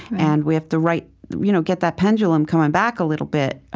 and we have to right you know get that pendulum coming back a little bit,